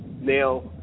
Now